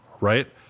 right